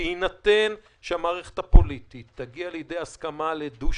בהינתן שהמערכת הפוליטית תגיע לידי הסכמה לתקציב דו-שנתי,